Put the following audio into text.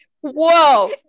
Whoa